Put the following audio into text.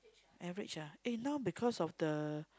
average ah eh now because of the